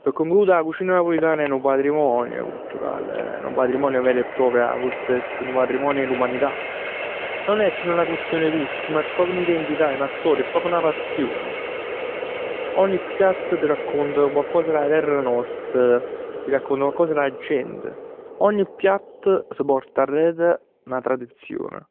P' concludere 'a cucina napulitan è nu patrimonio culturale. Nu patrimonio vero e proprio avess essere nu patrimonio 'e l'umanità. Nun è sul 'na questione 'e gust ma è proprio n'identità, 'na storia, è proprio 'na passion. Ogni piatto t' raccont quacc'cos d' 'a terra nosta. Ti racconta quacc'cos d' 'a gent. Ogni piatto s' port arret 'na tradizion.